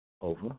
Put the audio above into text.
over